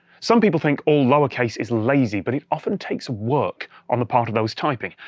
some people think all lowercase is lazy, but it often takes work on the part of those typing.